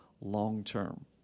long-term